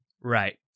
Right